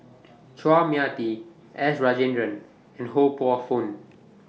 Chua Mia Tee S Rajendran and Ho Poh Fun